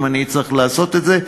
אם אני צריך לעשות את זה.